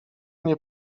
nie